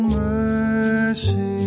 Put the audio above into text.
mercy